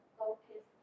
focus